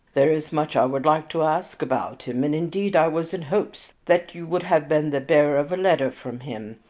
there is much i would like to ask about him, and, indeed, i was in hopes that you would have been the bearer of a letter from him.